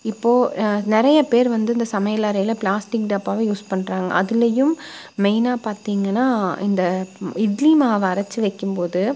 இப்போது நிறைய பேர் வந்து இந்த சமையல் அறையில் பிளாஸ்டிக் டப்பாவை யூஸ் பண்ணுறாங்க அதுலேயும் மெய்னாக பார்த்திங்கன்னா இந்த இட்லி மாவை அரைச்சி வைக்கும் போது